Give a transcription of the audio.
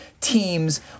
teams